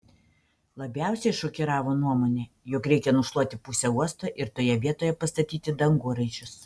labiausiai šokiravo nuomonė jog reikia nušluoti pusę uosto ir toje vietoje pastatyti dangoraižius